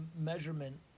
measurement